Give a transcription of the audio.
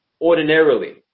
ordinarily